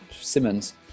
Simmons